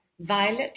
violet